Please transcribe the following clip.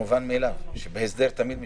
מאליו שבהסדר תמיד משלמים,